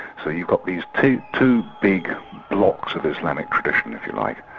so you've got these two two big blocks of islamic tradition, if you like,